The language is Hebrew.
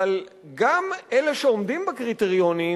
אבל גם אלה שעומדים בקריטריונים,